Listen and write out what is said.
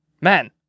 man